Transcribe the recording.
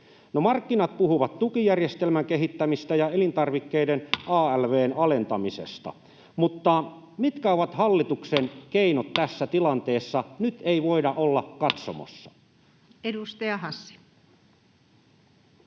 markkinat puhuvat tukijärjestelmän kehittämisestä ja elintarvikkeiden alv:n alentamisesta, mutta mitkä ovat hallituksen keinot tässä tilanteessa? Nyt ei voida olla katsomossa. Edustaja Hassi.